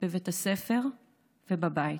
בבית הספר ובבית.